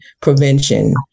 prevention